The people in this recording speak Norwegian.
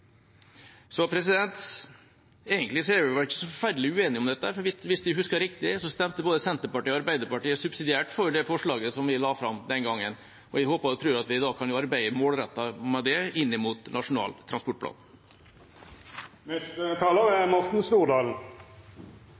Egentlig er vi vel ikke så forferdelig uenige om dette, for hvis jeg husker riktig, stemte både Senterpartiet og Arbeiderpartiet subsidiært for det forslaget som vi la fram den gangen. Jeg håper og tror at vi i dag kan arbeide målrettet med det, inn mot Nasjonal